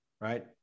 Right